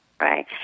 right